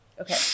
Okay